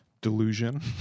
delusion